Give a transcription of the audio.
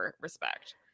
respect